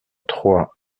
trois